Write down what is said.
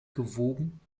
gewoben